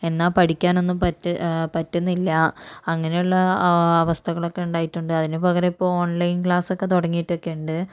എന്നാൽ പഠിക്കാനൊന്നും പറ്റ് പറ്റുന്നില്ല അങ്ങനെ ഉള്ള അവസ്ഥകളൊക്കെ ഉണ്ടായിട്ടുണ്ട് അതിന് പകരം ഇപ്പോൾ ഓൺലൈൻ ക്ലാസ്സൊക്കെ തുടങ്ങിയിട്ടൊക്കെ